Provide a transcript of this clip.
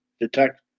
detect